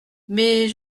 mais